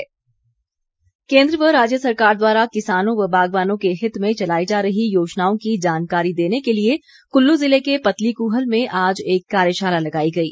कार्यशाला केन्द्र व राज्य सरकार द्वारा किसानों व बागवानों के हित में चलाई जा रही योजनाओं की जानकारी देने के लिए कुल्लू ज़िले के पतलीकूहल में आज एक कार्यशाला लगाई गई